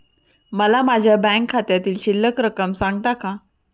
मला माझ्या बँक खात्यातील शिल्लक रक्कम सांगता का?